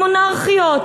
הם מונרכיות,